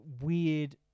weird